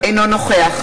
נגד